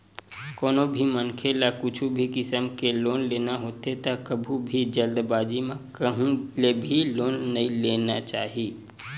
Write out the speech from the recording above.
कोनो भी मनखे ल कुछु भी किसम के लोन लेना होथे त कभू भी जल्दीबाजी म कहूँ ले भी लोन नइ ले लेना चाही